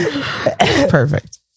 Perfect